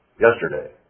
yesterday